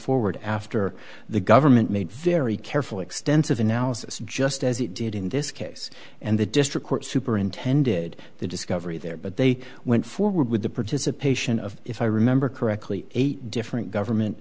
forward after the government made very careful extensive analysis just as it did in this case and the district court superintended the discovery there but they went forward with the participation of if i remember correctly eight different government